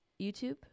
YouTube